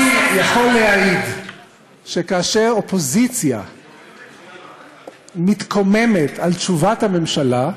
יכול להעיד שכאשר אופוזיציה מתקוממת על תשובת הממשלה,